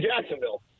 Jacksonville